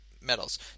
medals